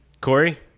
Corey